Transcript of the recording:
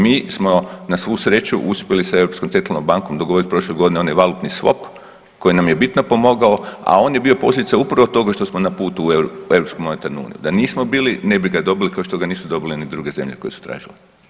Mi smo na svu sreću uspjeli sa Europskom centralnom bankom dogovorit prošle godine onaj valutni swap koji nam je bitno pomogao, a on je bio posljedica upravo toga što smo na putu u Europsku monetarnu uniju, da nismo bili ne bi ga dobili, kao što ga nisu dobile ni druge zemlje koje su tražile.